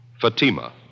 Fatima